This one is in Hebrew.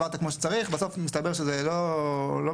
להעביר כמו שצריך ובסוף מסתבר שזה לא מדויק,